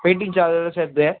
waiting சார்ஜோட சேர்த்து